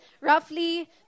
roughly